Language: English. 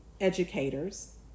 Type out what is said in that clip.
educators